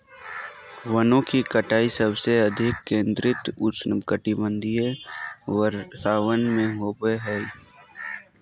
वनों की कटाई सबसे अधिक केंद्रित उष्णकटिबंधीय वर्षावन में होबो हइ